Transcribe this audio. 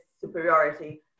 superiority